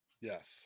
Yes